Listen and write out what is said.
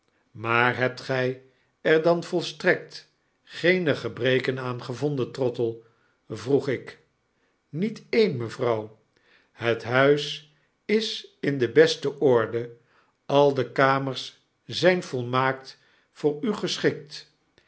maar hebt gy er dan volstrekt geene gebreken aan gevonden trottle p vroeg ik met een mevrouw het huis is in de beste orde al de kamers zyn volmaakt voor u geschikt